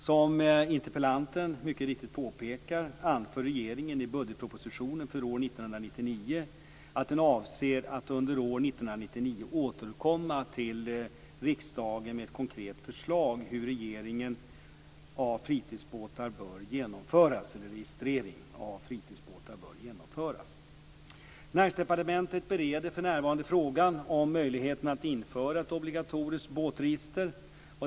Som interpellanten mycket riktigt påpekar anför regeringen i budgetpropositionen för år 1999 att den avser att under år 1999 återkomma till riksdagen med ett konkret förslag hur registrering av fritidsbåtar bör genomföras. Näringsdepartementet bereder för närvarande frågan om möjligheten att införa ett obligatoriskt båtregister.